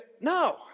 No